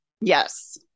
Yes